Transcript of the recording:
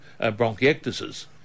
bronchiectasis